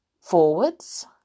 forwards